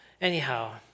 anyhow